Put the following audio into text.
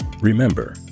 remember